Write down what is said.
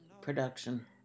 production